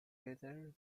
later